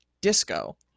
disco